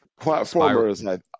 Platformers